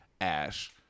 Ash